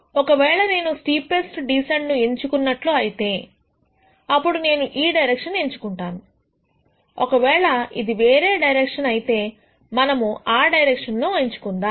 ఒకవేళ నేను steepest descent ను ఎంచుకున్నట్లు అయితే అప్పుడు నేను ఈ డైరెక్షన్ ఎంచుకుంటాను ఒక వేళ ఇది వేరే డైరెక్షన్ అయితే మనము ఆ డైరెక్షన్ ఎంచుకుందాము